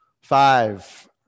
Five